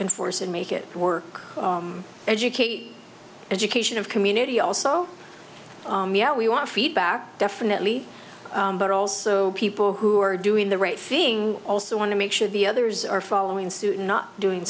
enforce and make it work educate education of community also we want feedback definitely but also people who are doing the right thing also want to make sure the others are following suit and not doing